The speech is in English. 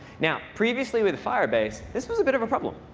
now, previously with firebase, this was a bit of a problem.